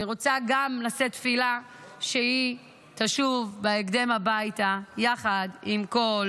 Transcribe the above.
אני גם רוצה לשאת תפילה שהיא תשוב בהקדם הביתה יחד עם כל